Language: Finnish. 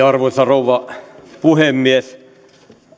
arvoisa rouva puhemies